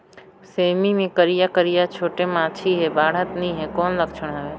सेमी मे करिया करिया छोटे माछी हे बाढ़त नहीं हे कौन लक्षण हवय?